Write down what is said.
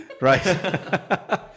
right